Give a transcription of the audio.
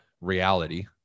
reality